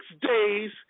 days